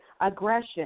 aggression